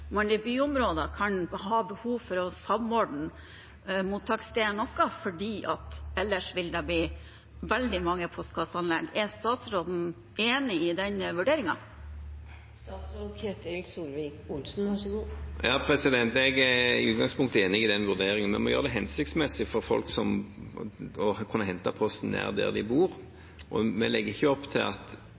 man i byområder kan ha behov for å samordne mottaksstedet noe, for ellers vil det bli veldig mange postkasseanlegg. Er statsråden enig i den vurderingen? Jeg er i utgangspunktet enig i den vurderingen. Vi må gjøre det hensiktsmessig for folk å kunne hente posten nær der de bor. I det vi gjør med § 11, ligger det heller ikke at